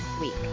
week